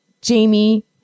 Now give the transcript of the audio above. Jamie